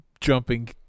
jumping